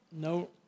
No